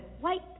white